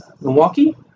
Milwaukee